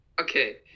Okay